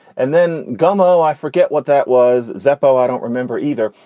and then gummow. i forget what that was. zeppo i don't remember either,